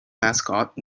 mascot